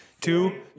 Two